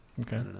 okay